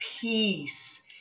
peace